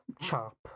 chop